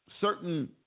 certain